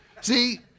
see